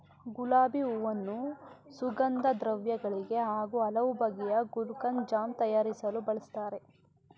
ಗುಲಾಬಿ ಹೂವನ್ನು ಸುಗಂಧದ್ರವ್ಯ ಗಳಿಗೆ ಹಾಗೂ ಹಲವು ಬಗೆಯ ಗುಲ್ಕನ್, ಜಾಮ್ ತಯಾರಿಸಲು ಬಳ್ಸತ್ತರೆ